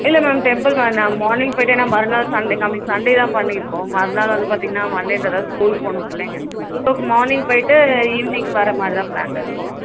இல்லை ma'am temple வேண்டாம் morning போய்விட்டேன்னா மறுநாள் சண்டே நம்ளுக்கு சண்டே தான் பண்ணிருக்கோம் மறுநாள் வந்து பார்த்தீங்கன்னா மண்டேங்கிறதால் ஸ்கூல் போகணும் பிள்ளைங்கள் ஸோ மார்னிங் போய்ட்டு ஈவினிங் வரமாரி தான் பிளானில் இருக்கோம்